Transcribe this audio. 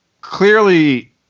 clearly